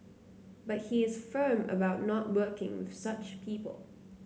but he is firm about not working with such people